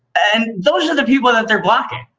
and those are the people that they're blocking.